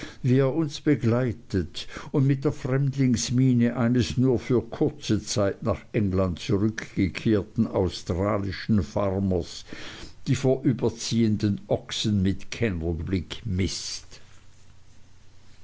wie er uns begleitet und mit der fremdlingsmiene eines nur für kurze zeit nach england zurückgekehrten australischen farmers die vorüberziehenden ochsen mit kennerblick mißt